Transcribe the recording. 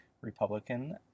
Republican